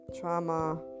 trauma